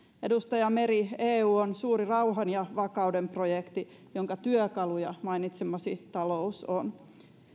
edustaja meri eu on suuri rauhan ja vakauden projekti jonka työkaluja mainitsemasi talous on